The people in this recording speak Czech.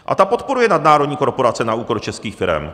A ta podporuje nadnárodní korporace na úkor českých firem.